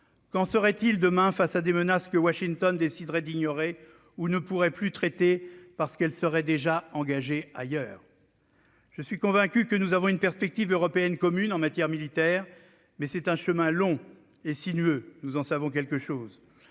Qu'en sera-t-il demain face à des menaces que Washington déciderait d'ignorer ou ne pourrait plus traiter parce que les États-Unis seraient déjà engagés ailleurs ? Je suis convaincu que nous avons une perspective européenne commune en matière militaire, mais c'est un chemin long et sinueux- nous en savons quelque chose.